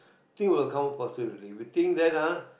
thing will come out positively you think that ah